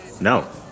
No